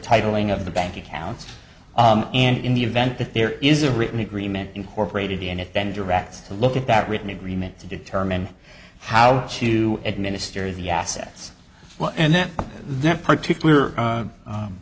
titling of the bank accounts and in the event that there is a written agreement incorporated in it then directs to look at that written agreement to determine how to administer the assets and then that particular